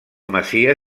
masia